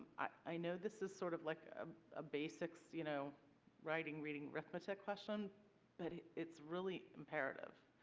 i know this is sort of like a ah basic so you know writing-reading-arithmetic question but it's really imperative.